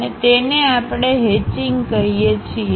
અને તેને આપણે હેચિંગ કહીએ છીએ